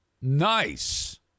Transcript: Nice